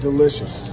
Delicious